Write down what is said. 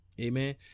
Amen